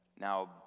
Now